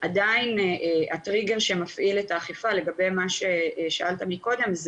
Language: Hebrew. עדיין הטריגר שמפעיל את האכיפה לגבי מה ששאלת קודם,